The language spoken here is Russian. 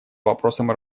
вопросам